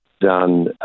done